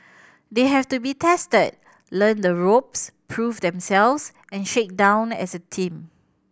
they have to be tested learn the ropes prove themselves and shake down as a team